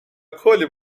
کلی